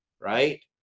right